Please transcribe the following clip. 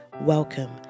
Welcome